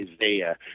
Isaiah